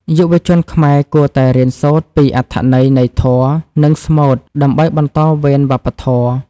យុវជនខ្មែរគួរតែរៀនសូត្រពីអត្ថន័យនៃធម៌ និងស្មូត ដើម្បីបន្តវេនវប្បធម៌។